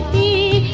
a